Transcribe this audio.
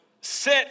sit